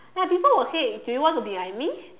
ya people will say do you want to be like me